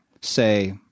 say